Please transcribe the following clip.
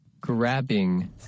Grabbing